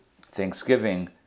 thanksgiving